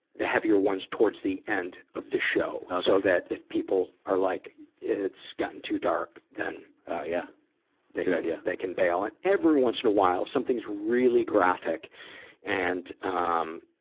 the heavier ones towards the end of the show, so that if people are like it's gotten too dark, then yeah they can, yeah they can bale. and every once in a while, if something's really graphic and, um,